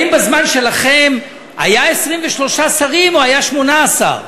האם בזמן שלכם היו 23 שרים או היו 18?